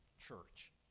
church